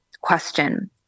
question